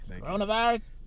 Coronavirus